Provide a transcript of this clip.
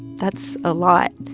that's a lot.